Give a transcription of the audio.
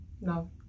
No